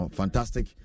fantastic